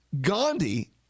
Gandhi